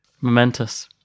Momentous